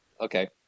Okay